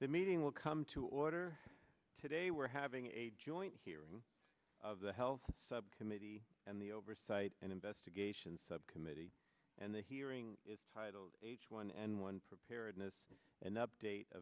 meeting will come to order today we're having a joint hearing of the health subcommittee and the oversight and investigation subcommittee and the hearing is titled h one n one preparedness and update